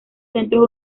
centros